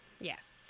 Yes